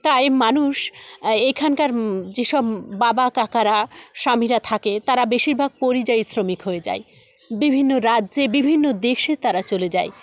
তাই মানুষ এখানকার যেসব বাবা কাকারা স্বামীরা থাকে তারা বেশিরভাগ পরিযায়ী শ্রমিক হয়ে যায় বিভিন্ন রাজ্যে বিভিন্ন দেশে তারা চলে যায়